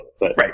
Right